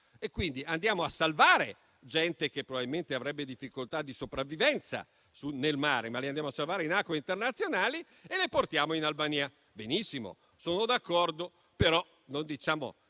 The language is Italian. quindi, a salvare persone che probabilmente avrebbero difficoltà di sopravvivenza nel mare, ma le andiamo a salvare in acque internazionali e le portiamo in Albania. Benissimo, sono d'accordo, ma non diciamo